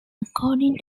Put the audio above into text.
according